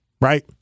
Right